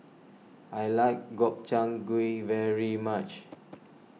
I like Gobchang Gui very much